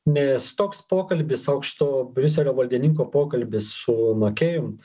nes toks pokalbis aukšto briuselio valdininko pokalbis su makėjum